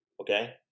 okay